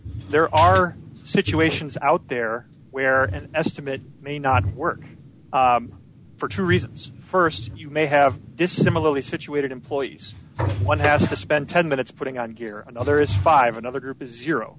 there are situations out there where an estimate may not work for two reasons st you may have this similarly situated employees one has to spend ten minutes putting on gear another is five another group is